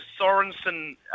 Sorensen